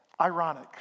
ironic